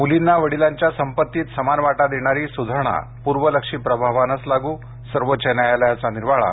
मूलींना वडिलांच्या संपत्तीत समानवाटा देणारी स्धारणा पूर्वलक्षी प्रभावानंच लागू सर्वोच्च न्यायालयाचा निर्वाळा